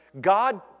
God